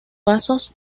pasos